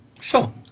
Sure